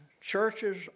churches